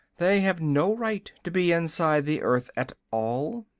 they have no right to be inside the earth at all.